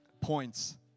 Points